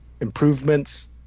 Improvements